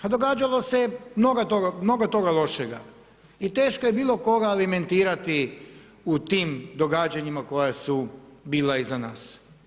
Pa događalo se mnogo toga lošega i teško je bilo koga alimentirati u tim događanjima koja su bila iza nas.